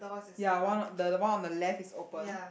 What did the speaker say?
ya one the one on the left is open